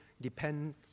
depend